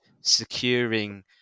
securing